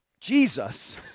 Jesus